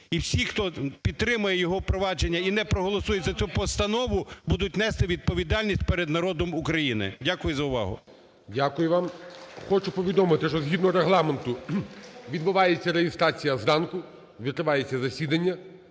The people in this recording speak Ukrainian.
І всі, хто підтримає його впровадження і не проголосує за цю постанову, будуть нести відповідальність перед народом України. Дякую за увагу. ГОЛОВУЮЧИЙ. Дякую вам. Хочу повідомити, що згідно Регламенту відбувається реєстрація зранку, відкривається засідання